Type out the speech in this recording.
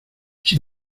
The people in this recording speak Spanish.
sin